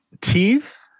Teeth